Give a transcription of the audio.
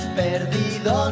perdido